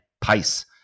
pace